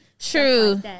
True